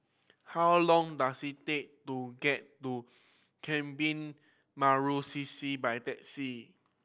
how long does it take to get to Kebun Baru C C by taxi